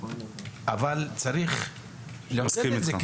אבל צריך לעודד את זה,